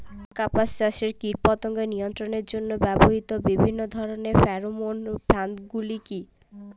কাপাস চাষে কীটপতঙ্গ নিয়ন্ত্রণের জন্য ব্যবহৃত বিভিন্ন ধরণের ফেরোমোন ফাঁদ গুলি কী?